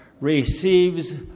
receives